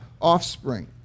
offspring